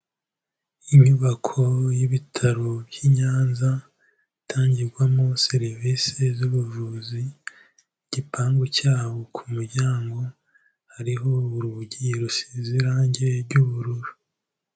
Inyubako y'ibitaro by'i Nyanza itangirwamo serivisi z'ubuvuzi, igipangu cyabo ku ku muryango hariho urugi rusize irangi ry'ubururu.